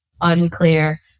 unclear